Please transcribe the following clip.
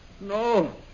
no